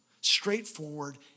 straightforward